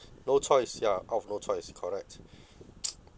no choice ya out of no choice correct